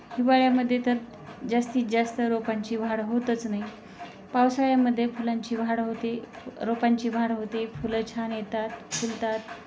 हिवाळ्यामध्ये तर जास्तीत जास्त रोपांची वाढ होतच नाही पावसाळ्यामध्ये फुलांची वाढ होते रोपांची वाढ होते फुलं छान येतात फुलतात